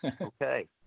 Okay